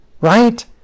right